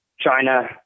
China